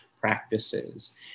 practices